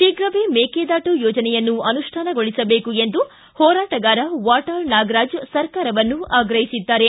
ಶೀಘವೇ ಮೇಕೆದಾಟು ಯೋಜನೆಯನ್ನು ಅನುಷ್ಯಾನಗೊಳಿಸಬೇಕು ಎಂದು ಹೋರಾಟಗಾರ ವಾಟಾಳ್ ನಾಗರಾಜ್ ಸರ್ಕಾರವನ್ನು ಆಗ್ರಹಿಸಿದರು